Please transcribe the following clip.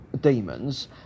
demons